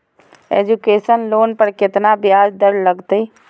Education loan पर केतना ब्याज दर लगतई?